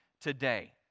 today